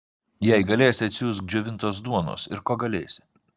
jei galėsi atsiųsk džiovintos duonos ir ko galėsi